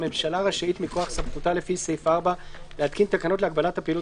הממשלה רשאית מכוח סמכותה לפי סעיף 4 להתקין תקנות להגבלת הפעילות